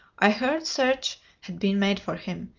i heard search had been made for him,